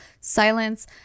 silence